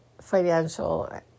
financial